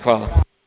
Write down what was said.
Hvala.